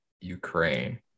ukraine